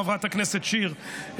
חברת הכנסת שיר,